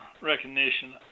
recognition